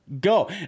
go